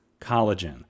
collagen